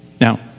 Now